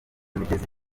migezi